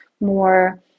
more